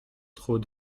trop